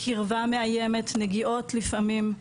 קירבה מאיימת, נגיעות לפעמים,